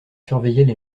surveillaient